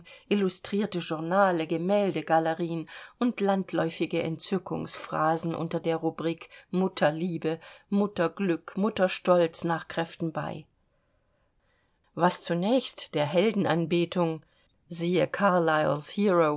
illustrierte journale gemäldegalerien und landläufige entzückungsphrasen unter der rubrik mutterliebe mutterglück mutterstolz nach kräften bei was zunächst der heldenanbetung siehe